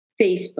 Facebook